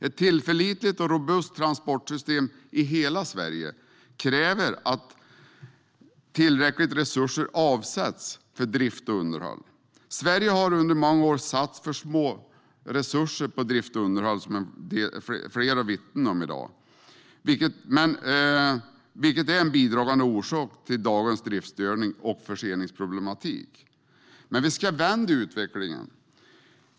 Ett tillförlitligt och robust transportsystem i hela Sverige kräver att tillräckliga resurser avsätts för drift och underhåll. Som flera har vittnat om i dag, har Sverige under många år satsat för små resurser på drift och underhåll av järnvägssystemet, vilket är en bidragande orsak till dagens driftsstörningar och förseningsproblematik. Vi ska vända utvecklingen.